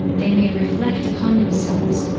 they may reflect upon themselves,